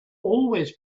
always